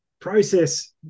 Process